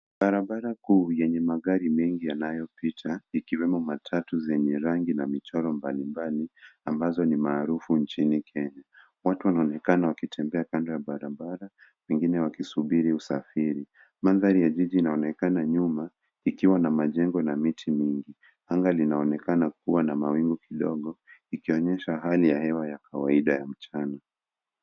Barabara kuu yenye magari mengi yanayopita ikiwemo matatu zenye rangi na michoro mbalimbali ambazo ni maarufu nchini Kenya. watu wanaonekana wakitembea kando ya barabara, wengine wakisubiri usafiri. mandhari ya jiji inaonekana nyuma ikiwa na majengo na miti mingi. Anga linaonekana kuwa na mawingu kidogo ikionyesha hali ya hewa ya kawaida ya mchana.